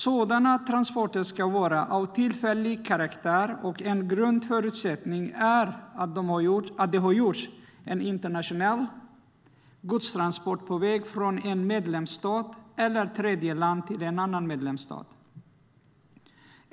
Sådana transporter ska vara av tillfällig karaktär, och en grundförutsättning är att det har gjorts en internationell godstransport på väg från en medlemsstat eller ett tredjeland till en annan medlemsstat.